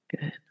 Good